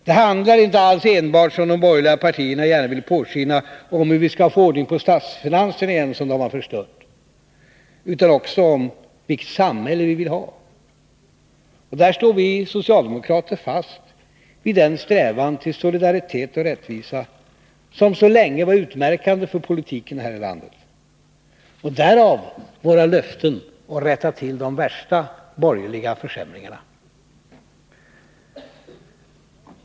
Det handlar inte alls enbart, som de borgerliga partierna gärna vill låta påskina, om hur vi igen skall få ordning på statsfinanserna, som de har förstört, utan också om vilket samhället vi vill ha. Och där står vi socialdemokrater fast vid den strävan till solidaritet och rättvisa som så länge var utmärkande för politiken här i landet. Därav kommer våra löften att rätta till de värsta borgerliga försämringarna.